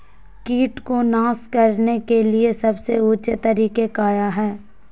किट को नास करने के लिए सबसे ऊंचे तरीका काया है?